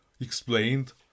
explained